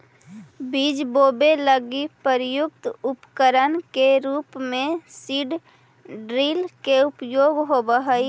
बीज बोवे लगी प्रयुक्त उपकरण के रूप में सीड ड्रिल के उपयोग होवऽ हई